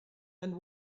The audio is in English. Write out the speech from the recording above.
and